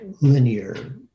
linear